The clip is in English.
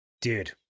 dude